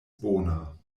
bona